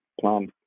plan